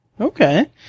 Okay